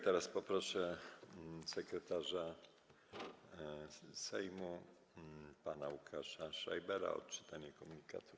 Teraz poproszę sekretarza Sejmu pana Łukasza Schreibera o odczytanie komunikatów.